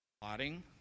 plotting